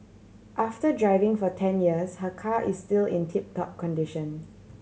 after driving for ten years her car is still in tip top condition